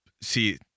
See